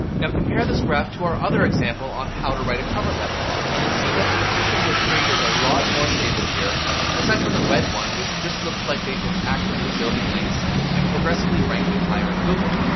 now, compare this graph to our other example on how to write a cover letter, and you'll see that the position history is a lot more stable here aside from the red one, which just looks like they've been actively building links and progressively ranking higher in google.